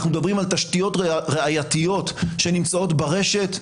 אנחנו מדברים על תשתיות ראייתיות שנמצאות ברשת,